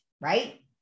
right